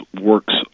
works